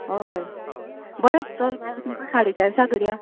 हय बरें चल तुमकां साडे चारशां धरया